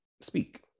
speak